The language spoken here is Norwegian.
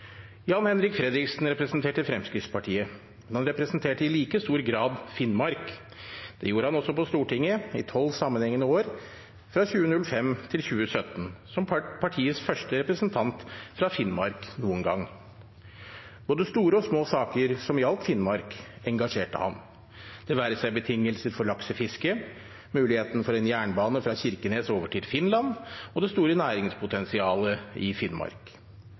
Fredriksen representerte Fremskrittspartiet, men han representerte i like stor grad Finnmark. Det gjorde han også på Stortinget, i 12 sammenhengende år, fra 2005 til 2017, som partiets første representant fra Finnmark noen gang. Både store og små saker som gjaldt Finnmark, engasjerte ham, det være seg betingelser for laksefiske, muligheten for en jernbane fra Kirkenes og over til Finland og det store næringspotensialet i Finnmark.